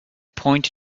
point